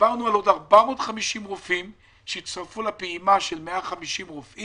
דיברנו על עוד 450 רופאים שהצטרפו לפעימה של 150 רופאים,